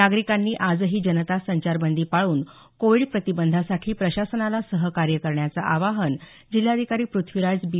नागरिकांनी आजही जनता संचारबंदी पाळून कोविड प्रतिबंधासाठी प्रशासनाला सहकार्य करण्याचं आवाहन जिल्हाधिकारी पृथ्वीराज बी